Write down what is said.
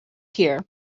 here